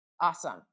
Awesome